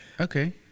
Okay